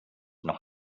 noch